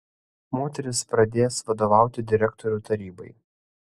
moteris pradės vadovauti direktorių tarybai